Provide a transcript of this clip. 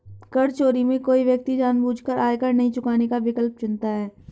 कर चोरी में कोई व्यक्ति जानबूझकर आयकर नहीं चुकाने का विकल्प चुनता है